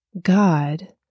God